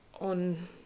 on